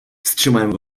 wstrzymałem